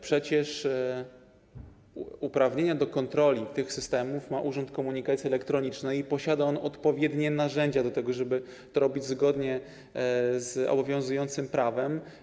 Przecież uprawnienia do kontroli tych systemów ma Urząd Komunikacji Elektronicznej i posiada on odpowiednie narzędzia do tego, żeby to robić zgodnie z obowiązującym prawem.